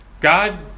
God